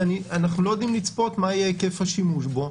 שאנחנו לא יודעים לצפות מה יהיה היקף השימוש בו.